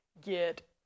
get